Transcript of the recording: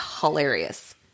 hilarious